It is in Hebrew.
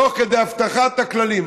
תוך כדי הבטחת הכללים.